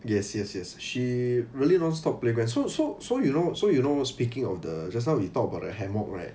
yes yes yes she really nonstop play [one] so so so you know so you know speaking of the just now we talk about the hammock right